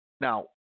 Now